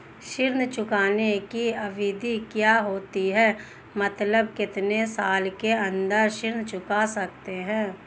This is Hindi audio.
ऋण चुकाने की अवधि क्या होती है मतलब कितने साल के अंदर ऋण चुका सकते हैं?